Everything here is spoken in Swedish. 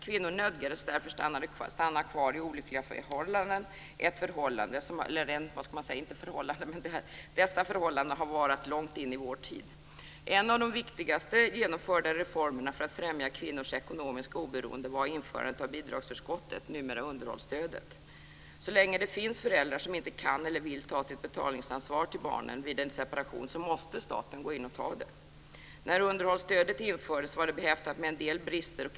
Kvinnor nödgades därför stanna kvar i olyckliga förhållanden, och det har pågått långt in i vår tid. En av de viktigaste genomförda reformerna för att främja kvinnors ekonomiska oberoende var införandet av bidragsförskottet, numera underhållsstödet. Så länge det finns föräldrar som inte kan eller vill ta sitt betalningsansvar till barnen vid en separation måste staten gå in och ta det ansvaret. När underhållsstödet infördes var det behäftat med en del brister.